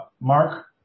Mark